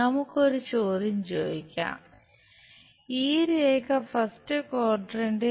നമുക്ക് ഒരു ചോദ്യം ചോദിക്കാം ഈ രേഖ ഫസ്റ്റ് ക്വാഡ്രന്റിൽ